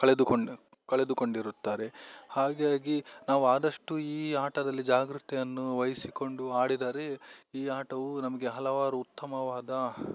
ಕಳೆದುಕೊಂಡು ಕಳೆದುಕೊಂಡಿರುತ್ತಾರೆ ಹಾಗಾಗಿ ನಾವು ಆದಷ್ಟು ಈ ಆಟದಲ್ಲಿ ಜಾಗ್ರತೆಯನ್ನು ವಹಿಸಿಕೊಂಡು ಆಡಿದರೆ ಈ ಆಟವು ನಮಗೆ ಹಲವಾರು ಉತ್ತಮವಾದ